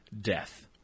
death